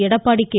Edappadi K